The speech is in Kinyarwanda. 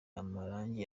amarangi